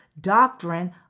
doctrine